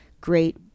great